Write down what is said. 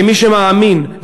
כמי שמאמין,